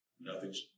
nothing's